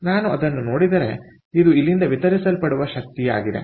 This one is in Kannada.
ಆದ್ದರಿಂದ ನಾನು ಅದನ್ನು ನೋಡಿದರೆ ಇದು ಇಲ್ಲಿಂದ ವಿತರಿಸಲ್ಪಡುವ ಶಕ್ತಿ ಆಗಿದೆ